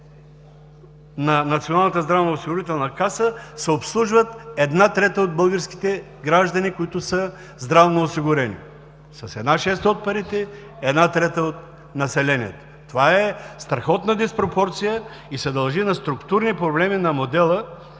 на Националната здравноосигурителна каса се обслужват една трета от българските граждани, които са здравноосигурени. С една шеста от парите – една трета от населението. Това е страхотна диспропорция и се дължи на структурни проблеми на модела.